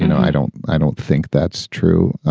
you know i don't i don't think that's true.